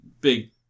big